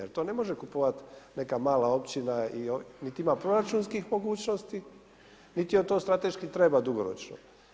Jer to ne može kupovati neka mala općina, niti ima proračunskih mogućnosti, niti joj to strateški treba dugoročno.